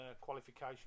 qualification